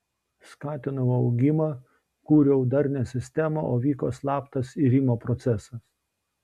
skatinau augimą kūriau darnią sistemą o vyko slaptas irimo procesas